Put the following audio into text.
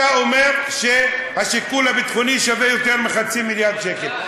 אתה אומר שהשיקול הביטחוני שווה יותר מחצי מיליארד שקל.